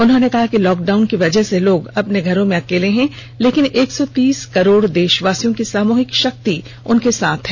उन्होंने कहा कि लॉकडाउन की वजह से लोग अपने घरों में अकेले हैं लेकिन एक सौ तीस करोड़ देषवासियों की सामुहिक शक्ति उनके साथ है